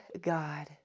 God